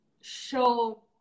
show